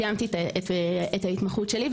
סיימתי את ההתמחות שלי,